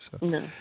No